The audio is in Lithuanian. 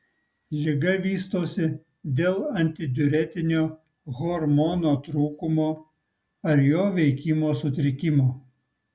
liga vystosi dėl antidiuretinio hormono trūkumo ar jo veikimo sutrikimo